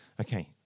okay